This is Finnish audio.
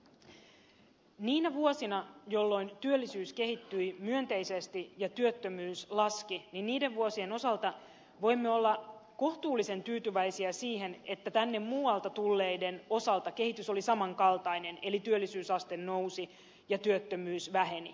niiden vuosien osalta jolloin työllisyys kehittyi myönteisesti ja työttömyys laski voimme olla kohtuullisen tyytyväisiä siihen että tänne muualta tulleiden osalta kehitys oli samankaltainen eli työllisyysaste nousi ja työttömyys väheni